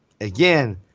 Again